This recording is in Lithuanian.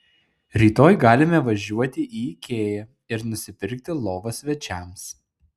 rytoj galime važiuoti į ikea ir nusipirkti lovą svečiams